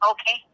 Okay